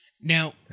Now